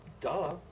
Duh